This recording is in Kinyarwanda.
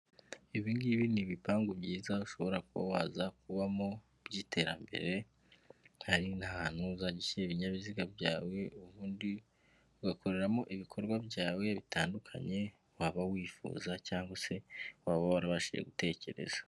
Ibi ngibi ni ibipangu byiza, ushobora kuba waza kubamo by'iterambere, hari n'ahantu uzajya ushyira ibinyabiziga byawe, ubundi ugakoreramo ibikorwa byawe bitandukanye, waba wifuza cyangwa se waba warabashije gutekereza.